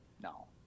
no